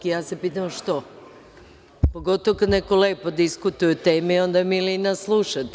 I ja se pitam što, pogotovo kad neko lepo diskutuje o temi, onda je milina slušati.